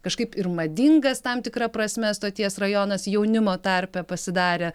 kažkaip ir madingas tam tikra prasme stoties rajonas jaunimo tarpe pasidarė